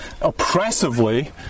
oppressively